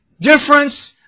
difference